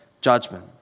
judgment